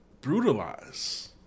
brutalize